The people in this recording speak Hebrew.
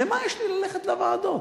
למה לי ללכת לוועדות?